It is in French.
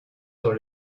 sur